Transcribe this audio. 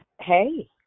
Hey